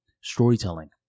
storytelling